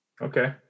Okay